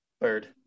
Bird